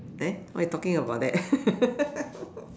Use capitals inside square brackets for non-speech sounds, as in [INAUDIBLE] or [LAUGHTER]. then why you talking about that [LAUGHS]